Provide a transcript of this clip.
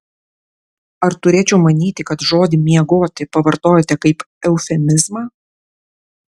ar turėčiau manyti kad žodį miegoti pavartojote kaip eufemizmą